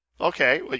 Okay